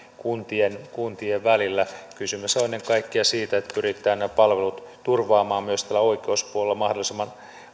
kuntien kuntien välillä kysymyshän on ennen kaikkea siitä että pyritään nämä palvelut turvaamaan myös täällä oikeuspuolella mahdollisimman